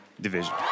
Division